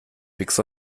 fix